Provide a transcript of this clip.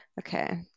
Okay